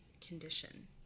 condition